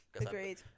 Agreed